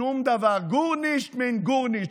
שום דבר, גורנישט מיט גורנישט.